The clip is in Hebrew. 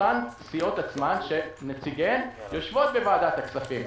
אלה שנציגיהן יושבות בוועדת הכספים.